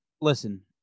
listen